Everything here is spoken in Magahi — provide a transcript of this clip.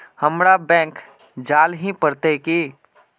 हमरा बैंक जाल ही पड़ते की?